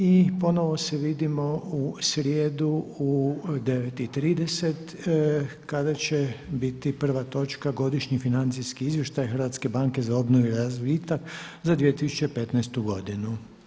I ponovno se vidimo u srijedu u 9,30 kada će biti prva točka Godišnji financijski izvještaj Hrvatske banke za obnovu i razvitak za 2015. godinu.